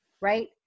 right